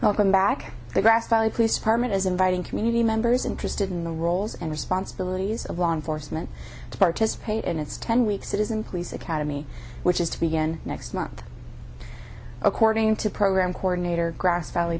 welcome back the grass valley police department is inviting community members interested in the roles and responsibilities of law enforcement to participate in its ten week citizen police academy which is to begin next month according to program coordinator grass vall